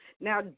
Now